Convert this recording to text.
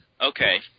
okay